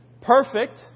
perfect